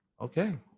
Okay